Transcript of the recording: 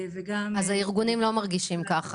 אז הארגונים לא מרגישים ככה.